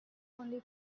only